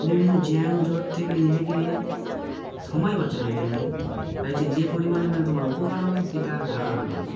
বিভিন্ন জ্যাম জট থেকে নিজেকে সময় বাঁচানোর জন্যে বাইরেটা যে পরিমাণে মানে তোমার উপকার হবে সেট ধারণা বাইরে